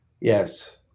Yes